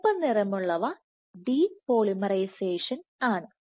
ചുവപ്പ് നിറമുള്ളവ ഡിപോളിമറൈസേഷൻ ആണ്